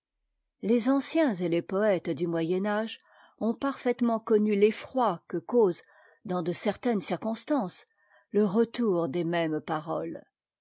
les anciens et tes poëtes du moyen âge ont parfaitement connu l'effroi que cause dans de certaines circonstances le retour des mêmes paroles